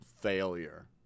failure